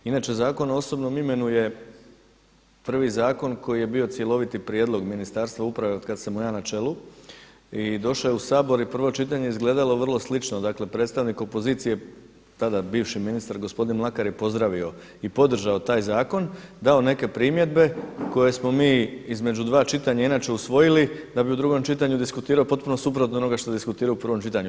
Inače Zakon o osobnom imenu je prvi zakon koji je bio cjeloviti prijedlog Ministarstva uprave od kada sam mu ja na čelu i došao je u Sabor i prvo čitanje izgledalo vrlo slično, dakle predstavnik opozicije tada bivši ministar gospodin Mlakar je pozdravio i podržao taj zakon, dao neke primjedbe koje smo mi između dva čitanja inače usvojili da bi u drugom čitanju diskutirao potpuno suprotno od onoga što je diskutirao u prvom čitanju.